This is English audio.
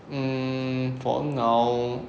hmm for now